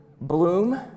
bloom